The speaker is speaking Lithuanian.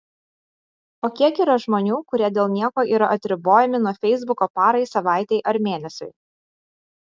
o kiek yra žmonių kurie dėl nieko yra atribojami nuo feisbuko parai savaitei ar mėnesiui